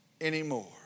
anymore